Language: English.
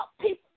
people